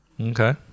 Okay